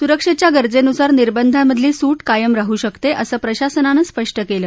सुरक्षेच्या गरजेनुसार निर्बंधांमधली सूट कायम राहू शकते असं प्रशासनानं स्पष्ट केलं